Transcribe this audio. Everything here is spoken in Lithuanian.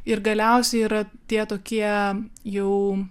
ir galiausiai yra tie tokie jau